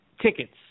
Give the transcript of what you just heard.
Tickets